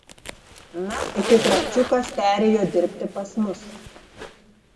na iki kravčiukas perėjo dirbti pas mus